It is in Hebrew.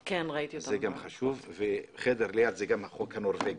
וזה גם חשוב ובחדר הסמוך דיון על החוק הנורבגי.